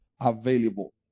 available